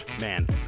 man